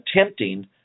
attempting